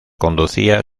conducía